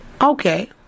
Okay